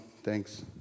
Thanks